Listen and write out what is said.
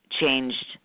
changed